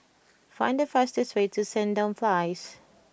find the fastest way to Sandown Place